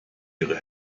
ihre